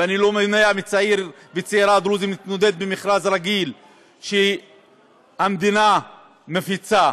ואני לא מונע מצעיר וצעירה דרוזים להתמודד במכרז רגיל שהמדינה מפיצה.